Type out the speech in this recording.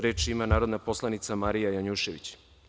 Reč ima narodni poslanik Marija Janjušević.